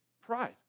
pride